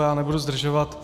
Já nebudu zdržovat.